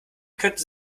könnte